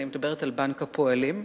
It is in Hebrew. אני מדברת על בנק הפועלים,